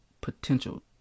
potential